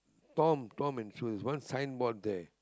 Tom Tom and Sue there's one signboard there